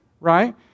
right